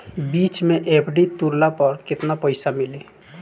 बीच मे एफ.डी तुड़ला पर केतना पईसा मिली?